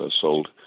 sold